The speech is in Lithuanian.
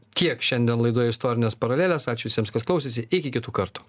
tiek šiandien laidoj istorinės paralelės ačiū visiems kas klausėsi iki kitų kartų